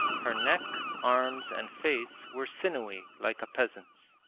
her neck, arms, and face were sinewy like a peasant's.